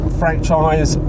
franchise